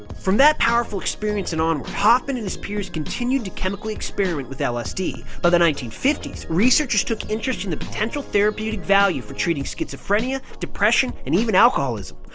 from that powerful experience and onward, hoffman and his peers continued to chemically experiment with lsd. by the nineteen fifty s, researchers took interest in the potential therapeutic value for treating schizophrenia, depression, and even alcoholism.